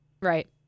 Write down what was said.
Right